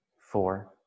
four